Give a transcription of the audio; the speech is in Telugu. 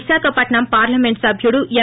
విశాఖపట్నం పార్లమెంట్ సబ్యుడు ఎం